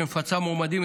שמפצה מועמדים,